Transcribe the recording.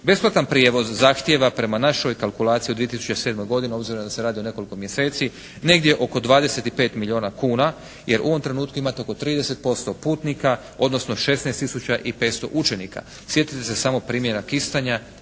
Besplatan prijevoz zahtjeva prema našoj kalkulaciji od 2007. godini, obzirom da se radi o nekoliko mjeseci negdje oko 25 milijuna kuna, jer u ovom trenutku imate oko 30% putnika, odnosno 16 tisuća i 500 učenika. Sjetite se samo primjera Kistanja